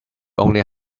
only